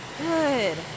Good